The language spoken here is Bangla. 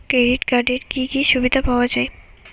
ক্রেডিট কার্ডের কি কি সুবিধা পাওয়া যায়?